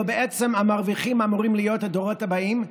ובעצם המרוויחים אמורים להיות הדורות הבאים,